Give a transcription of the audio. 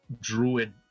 druid